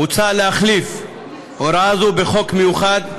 מוצע להחליף הוראה זו בחוק מיוחד,